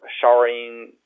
showering